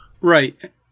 Right